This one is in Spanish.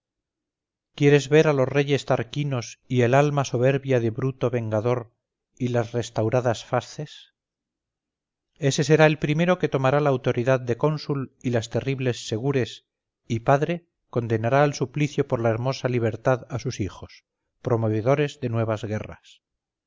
quieres ver a los reyes tarquinos y el alma soberbia de bruto vengador y las restauradas fasces ese será el primero que tomará la autoridad de cónsul y las terribles segures y padre condenará al suplicio por la hermosa libertad a sus hijos promovedores de nuevas guerras